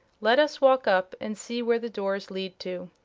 let us walk up, and see where the doors lead to.